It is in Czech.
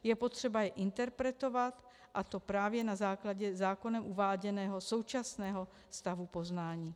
Je potřeba je interpretovat, a to právě na základě zákonem uváděného současného stavu poznání.